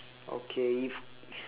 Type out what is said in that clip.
okay if